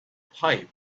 pipe